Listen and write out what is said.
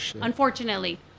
Unfortunately